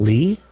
Lee